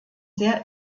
sehr